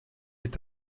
est